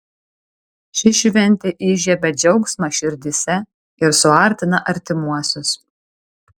ši šventė įžiebia džiaugsmą širdyse ir suartina artimuosius